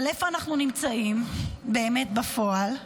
אבל איפה אנחנו נמצאים באמת בפועל?